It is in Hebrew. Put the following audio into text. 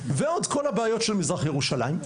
ועוד כל הבעיות של מזרח ירושלים.